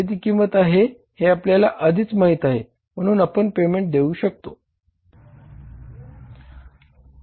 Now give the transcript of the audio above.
खरेदी किती आहे हे आपल्याला आधीच माहित आहे म्हणून आपण पेमेंट देऊ शकतोत